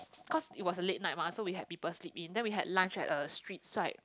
cause it was a late night mah so we had people sleep in then we had lunch at a street side